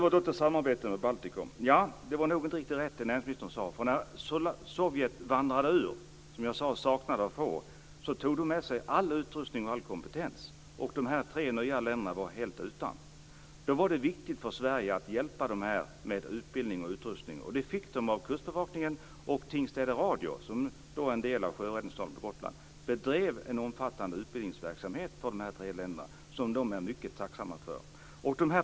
När det gäller samarbetet med Baltikum är det nog så att det som näringsministern sade inte är riktigt rätt. När Sovjet vandrade ut - saknat av få, som jag tidigare sade - tog man med sig all utrustning och all kompetens. De tre nya länderna stod helt utan. Då var det viktigt för Sverige att hjälpa dem med utbildning och utrustning. Det fick man av Kustbevakningen och Tingstäde radio som en del av sjöräddningen på Gotland. En omfattande utbildningsverksamhet bedrevs för de här tre länderna där man är mycket tacksamma för detta.